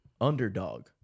Underdog